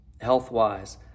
health-wise